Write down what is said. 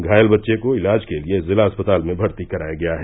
घायल बच्चे को इलाज के लिये जिला अस्पताल में भर्ती कराया गया है